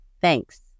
Thanks